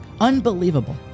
Unbelievable